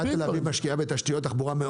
עיריית תל אביב משקיעה בתשתיות תחבורה מאוד